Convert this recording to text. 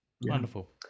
wonderful